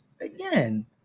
again